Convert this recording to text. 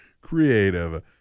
creative